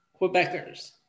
Quebecers